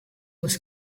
was